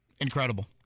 Incredible